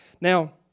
Now